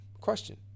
question